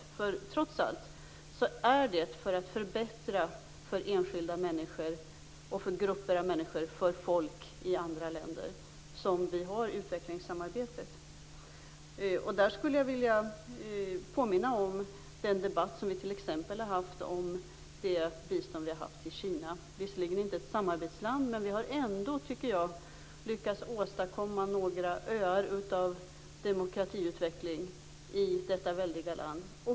Det är trots allt för att förbättra för enskilda människor och för grupper av människor, för folk i andra länder, som vi har utvecklingssamarbetet. Där skulle jag vilja påminna om t.ex. den debatt som vi har haft om vårt bistånd till Kina. Det är visserligen inte ett samarbetsland men vi har ändå, tycker jag, lyckats åstadkomma några öar av demokratiutveckling i detta väldiga land.